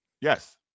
Yes